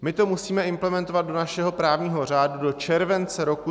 My to musíme implementovat do našeho právního řádu do července roku 2021.